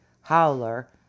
howler